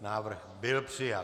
Návrh byl přijat.